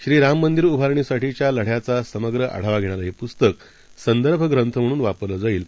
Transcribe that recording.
श्रीराममंदिर उभारणीसाठीच्या लढ्याचा समग्र आढावा घेणारं पुस्तक हे संदर्भ ग्रंथ म्हणून वापरलं जाईल